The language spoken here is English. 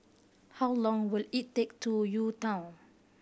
how long will it take to U Town